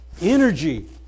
energy